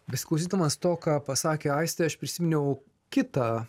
besiklausydamas to ką pasakė aistė aš prisiminiau kitą